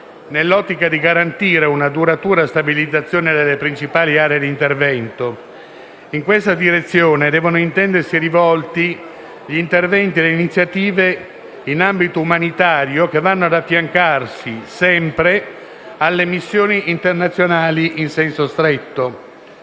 nell'ottica di garantire una duratura stabilizzazione delle principali aree d'intervento. In questa direzione devono intendersi rivolti gli interventi e le iniziative in ambito umanitario che vanno ad affiancarsi sempre alle missioni internazionali in senso stretto.